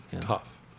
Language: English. tough